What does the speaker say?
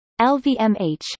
LVMH